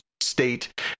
state